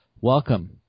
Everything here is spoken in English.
Welcome